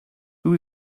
who